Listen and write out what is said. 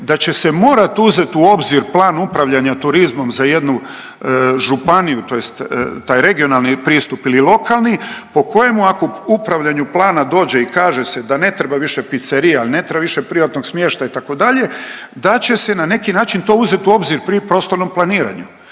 da će se morat uzet u obzir plan upravljanja turizmom za jednu županiju tj. taj regionalni pristup ili lokalni po kojemu ako upravljanju dođe i kaže se da ne treba više picerija ili ne treba više privatnog smještaja itd. da će se na neki način to uzet u obzir pri prostornom planiranju